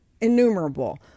innumerable